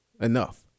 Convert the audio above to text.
enough